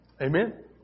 Amen